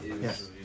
Yes